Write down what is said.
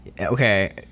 Okay